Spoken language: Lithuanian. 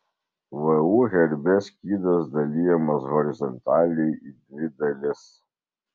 vu herbe skydas dalijamas horizontaliai į dvi dalis